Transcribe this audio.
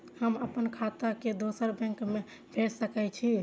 हम आपन खाता के दोसर बैंक में भेज सके छी?